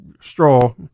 straw